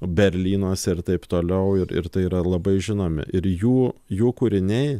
berlynuose ir taip toliau ir ir tai yra labai žinomi ir jų jų kūriniai